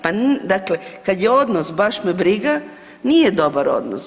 Pa, dakle, kad je odnos baš me briga nije dobar odnos.